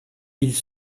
ils